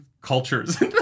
cultures